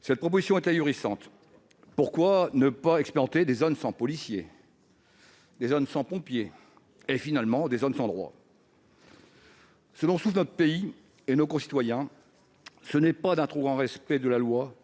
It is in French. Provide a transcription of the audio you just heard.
Cette proposition est ahurissante : pourquoi ne pas exploiter des zones sans policiers, des zones sans pompiers, et, finalement, des zones sans droit ? Ce dont souffrent notre pays et nos concitoyens, c'est non pas d'un trop grand respect de la loi